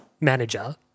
Manager